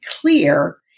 clear